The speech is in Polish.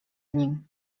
nim